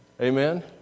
Amen